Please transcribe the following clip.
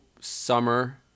summer